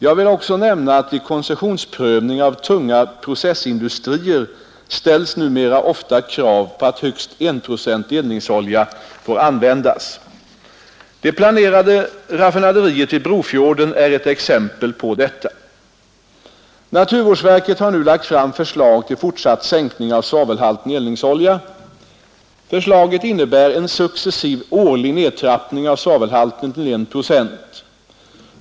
Jag vill också nämna att vid koncessionsprövning av tunga processindustrier ställs numera ofta krav på att högst enprocentig eldningsolja får användas. Det planerade raffinaderiet vid Brofjorden är ett exempel på detta. Naturvårdsverket har nu lagt fram förslag till fortsatt sänkning av svavelhalten i eldningsolja. Förslaget innebär en successiv årlig nedtrappning av svavelhalten till 1 procent.